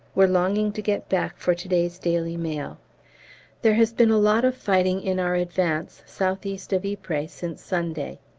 we're longing to get back for to-day's daily mail there has been a lot of fighting in our advance south-east of ypres since sunday.